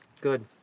Good